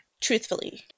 truthfully